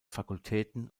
fakultäten